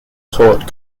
taught